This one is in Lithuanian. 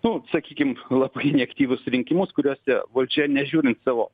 nu sakykim labai neaktyvius rinkimus kuriuose valdžia nežiūrint savo